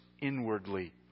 inwardly